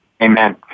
Amen